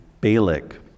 Balak